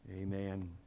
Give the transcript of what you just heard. Amen